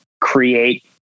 create